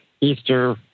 Easter